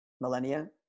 millennia